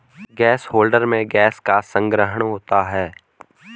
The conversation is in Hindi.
गैस होल्डर में गैस का संग्रहण होता है